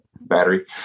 battery